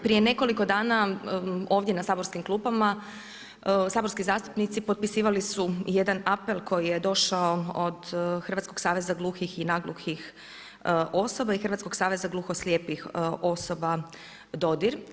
Prije nekoliko dana ovdje na saborskim klupama, saborski zastupnici potpisivali su jedan apel koji je došao od Hrvatskog saveza gluhih i naglukih osoba i Hrvatskog saveza gluho slijepih osoba Dodir.